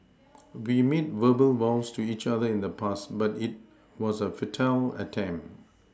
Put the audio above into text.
we made verbal vows to each other in the past but it was a futile attempt